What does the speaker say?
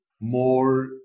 more